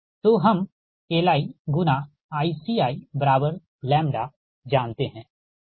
तो हम Li×ICiλजानते हैं ठीक